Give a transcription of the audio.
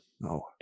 no